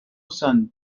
son